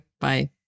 Bye